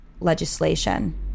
legislation